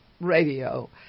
radio